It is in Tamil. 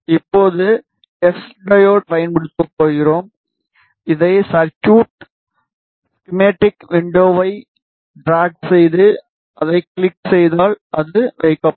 இப்பொது எஸ் டையோடு பயன்படுத்தப் போகிறோம் இதை சர்குய்ட் ஸ்கிம்மடிக் விண்டோவை ட்ராக் செய்து அதைக் கிளிக் செய்தால் அது வைக்கப்படும்